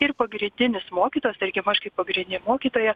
ir pagrindinis mokytojas tarkim aš kaip pagrindinė mokytoja